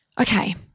Okay